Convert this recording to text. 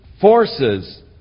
forces